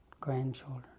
grandchildren